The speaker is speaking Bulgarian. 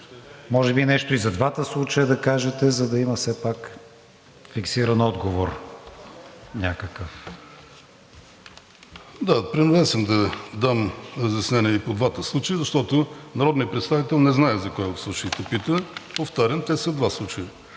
може би нещо и за двата случая да кажете, за да има все пак някакъв фиксиран отговор. МИНИСТЪР БОЙКО РАШКОВ: Да, принуден съм да дам разяснения и по двата случая, защото народният представител не знае за кой от случаите пита. Повтарям, те са два случая.